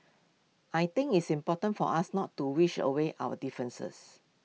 I think it's important for us not to wish away our differences